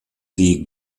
die